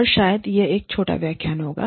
और शायद यह एक छोटा व्याख्यान होगा